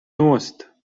nost